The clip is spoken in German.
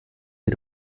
sie